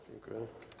Dziękuję.